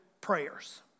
prayers